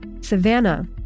Savannah